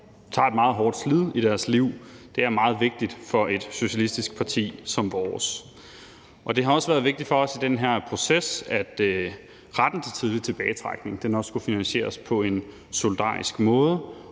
tager et meget hårdt slæb i deres liv, er meget vigtigt for et socialistisk parti som vores. Det har også været vigtigt for os i den her proces, at retten til tidlig tilbagetrækning skulle finansieres på en solidarisk måde,